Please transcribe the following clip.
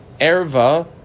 erva